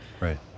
right